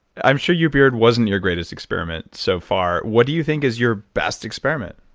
i'm sure your beard wasn't your greatest experiment so far. what do you think is your best experiment?